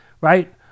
right